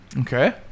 Okay